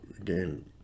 again